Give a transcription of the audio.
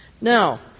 Now